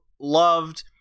loved